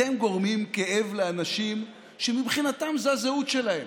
אתם גורמים כאב לאנשים שמבחינתם זו הזהות שלהם.